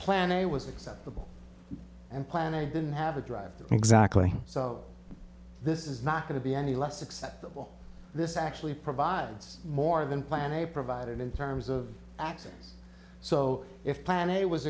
plan a was acceptable and plan i didn't have to drive exactly so this is not going to be any less acceptable this actually provides more than plan i provided in terms of access so if plan a was